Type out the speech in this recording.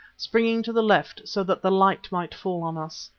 springing to the left, so that the light might fall on us.